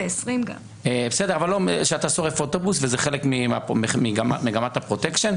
זה גם 20. כשאתה שורף אוטובוס וזה חלק ממגמת הפרוטקשן,